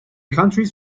countries